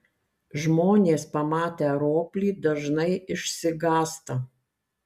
žmonės pamatę roplį dažnai išsigąsta